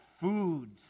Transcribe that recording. foods